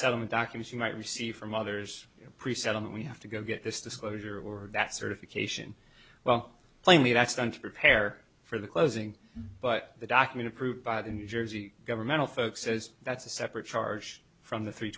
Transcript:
settlement document you might receive from others pre settlement we have to go get this disclosure or that certification well plainly that's done to prepare for the closing but the document approved by the new jersey governmental folk says that's a separate charge from the three